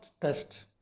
test